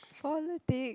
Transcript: politic